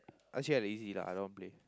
actually easy lah I don't want play